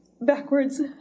backwards